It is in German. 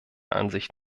ansicht